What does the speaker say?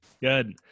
Good